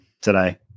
today